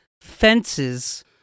fences